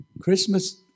christmas